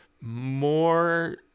more